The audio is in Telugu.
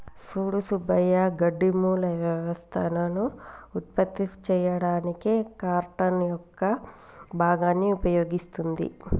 సూడు సుబ్బయ్య గడ్డి మూల వ్యవస్థలను ఉత్పత్తి చేయడానికి కార్టన్ యొక్క భాగాన్ని ఉపయోగిస్తుంది